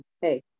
hey